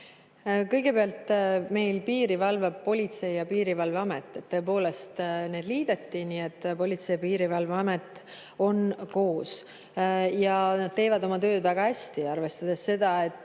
Kõigepealt, meie piiri valvab Politsei‑ ja Piirivalveamet. Tõepoolest, need liideti, nii et Politsei‑ ja Piirivalveamet on koos. Nad teevad oma tööd väga hästi, arvestades seda, et